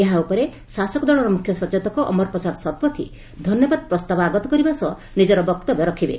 ଏହା ଉପରେ ଶାସକ ଦଳର ମୁଖ୍ୟ ସଚେତକ ଅମର ପ୍ରସାଦ ଶତପଥୀ ଧନ୍ୟବାଦ ପ୍ରସ୍ତାବ ଆଗତ କରିବା ସହ ନିଜର ବକ୍ତବ୍ୟ ରଖିବେ